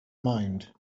mind